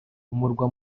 murwa